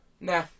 Nah